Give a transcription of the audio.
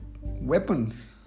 weapons